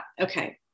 okay